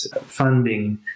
funding